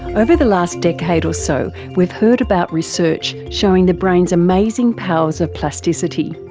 over the last decade or so we've heard about research showing the brain's amazing powers of plasticity,